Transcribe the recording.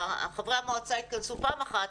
חברי המועצה התכנסו פעם אחת